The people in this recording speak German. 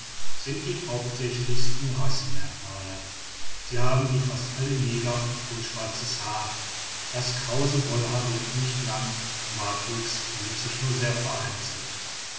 sind die hauptsächlichsten rassenmerkmale sie haben wie fast alle neger kohlschwarzes haar das krause wollhaar wird nicht lang bartwuchs findet sich nur sehr vereinzelt